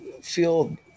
feel